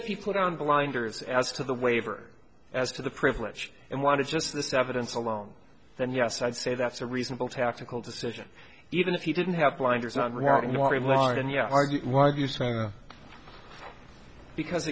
if you put on blinders as to the waiver as to the privilege and want to just this evidence alone then yes i'd say that's a reasonable tactical decision even if you didn't have blinders on and yet argue because